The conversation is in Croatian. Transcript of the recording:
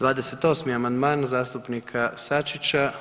28. amandman zastupnika Sačića.